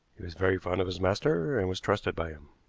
he was very fond of his master, and was trusted by him.